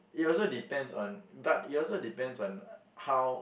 it also depends on but it also depends on how